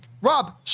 Rob